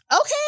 Okay